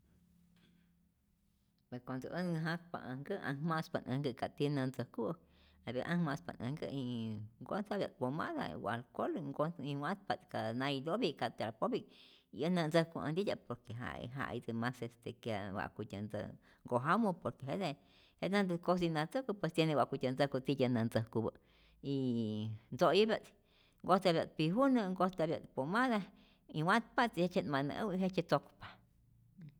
Pe cuando äj nijaspa äj nkä' anhma'spa't äj nhkä' ka tiyä nä ntzäjkuä'k, jete anhma'spa't äj kä' nnn- nhkojtapya't pomada u alcol y nkoj guatpa't ka nailopi'k ka trapopi'k y äj nä't ntzäjku äj ntitya'p, por que ja'i ja'itä mas este que wa'kutyä ntä nkojamu por que jete' je näntä cosinatzäjku, pues tiene wa'kutyä ntzäjku tityä nä ntzäjkupä yyy ntzo'yäpya't nhkojtapya't pijunä, nhkojtapya't pomada y watpa'tzi', jejtzye't ma nä'äwi jejtzye tzokpa.